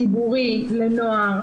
ציבורי לנוער,